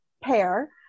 pair